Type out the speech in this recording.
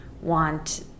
want